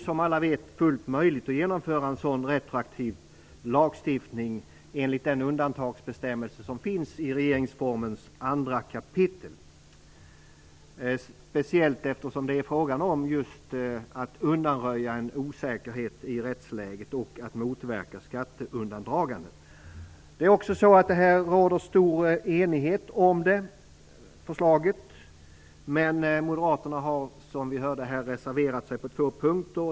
Som alla vet är det enligt den undantagsbestämmelse som finns i 2 kap. regeringsformen fullt möjligt att genomföra en sådan retroaktiv lagstiftning - speciellt när det som i det här fallet är fråga om att undanröja en osäkerhet i rättsläget och motverka skatteundandragande. Det råder också stor enighet om förslaget. Moderaterna har emellertid som vi hörde reserverat sig på två punkter.